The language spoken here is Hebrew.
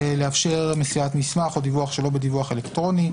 לאפשר מסירת מסמך או דיווח שלא בדיווח אלקטרוני.